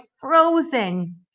frozen